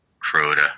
Crota